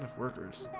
um workers